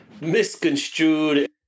misconstrued